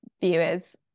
viewers